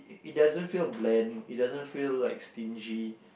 it doesn't feel bland it doesn't feel like stingy